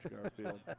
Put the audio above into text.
Garfield